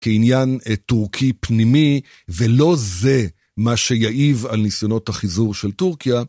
כעניין טורקי פנימי, ולא זה מה שיעיב על ניסיונות החיזור של טורקיה.